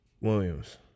Williams